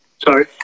Sorry